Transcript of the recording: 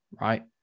right